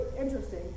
interesting